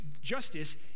justice